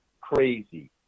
crazy